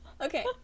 Okay